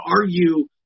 argue